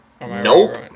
Nope